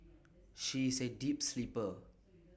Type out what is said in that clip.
she is A deep sleeper